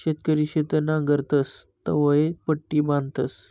शेतकरी शेत नांगरतस तवंय पट्टी बांधतस